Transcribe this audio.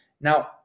now